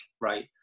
right